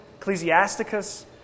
Ecclesiasticus